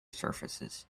surfaces